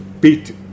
beat